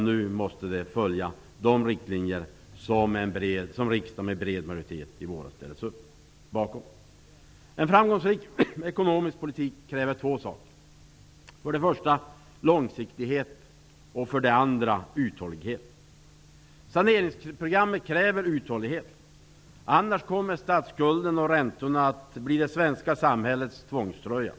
Nu måste man följa de riktlinjer som riksdagen med bred majoritet i våras ställde upp bakom. En framgångsrik ekonomisk politik kräver två saker: för det första långsiktighet, för det andra uthållighet. Saneringsprogrammet kräver uthållighet. Annars kommer statsskulden och räntorna att bli det svenska samhällets tvångströja.